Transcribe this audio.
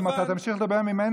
אם אתה תמשיך לדבר עליי,